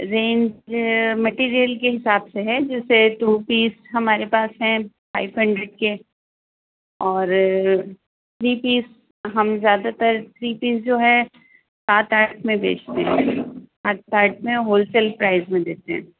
range material کے حساب سے ہے جیسے ٹو پیس ہمارے پاس ہیں فائیو ہنڈریڈ کے اور تھری پیس ہم زیادہ تر تھری پیس جو ہے سات آٹھ میں بیچتے ہیں سات آٹھ میں ہول سیل پرائس میں دیتے ہیں